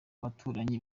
baturanyi